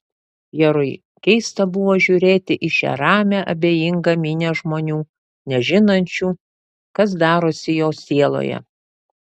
pjerui keista buvo žiūrėti į šią ramią abejingą minią žmonių nežinančių kas darosi jo sieloje